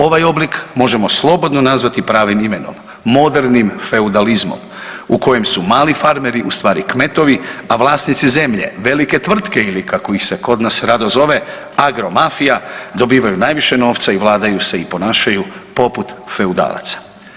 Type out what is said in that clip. Ovaj oblik možemo slobodno nazvati pravim imenom, modernim feudalizmom u kojem su mali farmeri ustvari kmetovi, a vlasnici zemlje, velike tvrtke ili kako ih se kod nas rado zove agromafija dobivaju najviše novca i vladaju se i ponašaju se poput feudalaca.